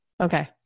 Okay